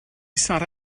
sarra